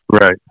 Right